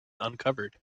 uncovered